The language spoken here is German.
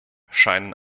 scheinen